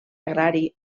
agrari